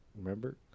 remember